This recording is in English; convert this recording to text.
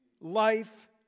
life